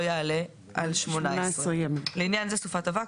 לא יעלה על 18. לעניין זה סופת אבק,